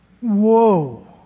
Whoa